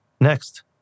Next